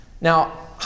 Now